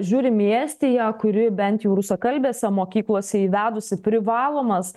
žiūrim į estiją kuri bent jau rusakalbėse mokyklose įvedusi privalomas